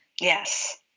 Yes